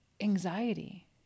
anxiety